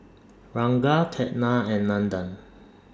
Ranga Ketna and Nandan